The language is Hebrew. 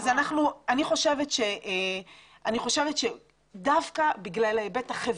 אני חושבת שדווקא בגלל ההיבט החברתי,